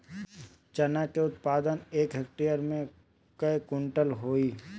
चना क उत्पादन एक हेक्टेयर में कव क्विंटल होला?